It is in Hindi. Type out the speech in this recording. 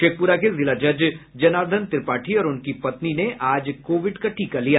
शेखप्रा के जिला जज जनार्दन त्रिपाठी और उनकी पत्नी ने आज कोविड का टीका लिया